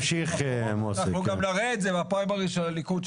אנחנו גם נראה את זה בפריימריס של הליכוד,